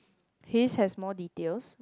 his has more details